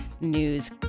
News